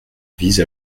vise